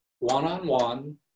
one-on-one